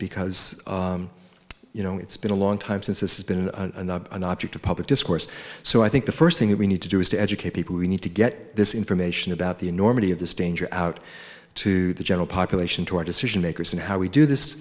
because you know it's been a long time since this has been an object of public discourse so i think the first thing that we need to do is to educate people we need to get this information about the enormity of this danger out to the general population to our decision makers and how we do this